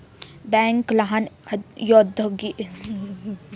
Bank लहान औद्योगिक क्षेत्राची आर्थिक मदत करते का?